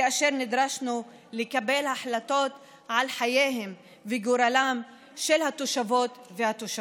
כאשר נדרשנו לקבל החלטות על חייהם וגורלם של התושבות והתושבים?